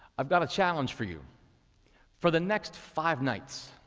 i've got a challenge for you for the next five nights,